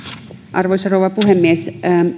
arvoisa rouva puhemies